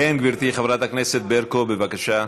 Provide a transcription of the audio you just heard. גברתי חברת הכנסת ברקו, בבקשה.